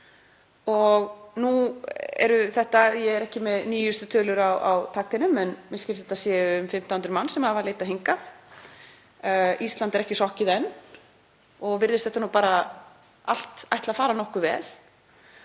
málum þessa fólks. Ég er ekki með nýjustu tölur á takteinum en mér skilst að það séu um 1.500 manns sem hafa leitað hingað. Ísland er ekki sokkið enn og virðist þetta nú bara allt ætla að fara nokkuð vel.